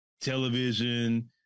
television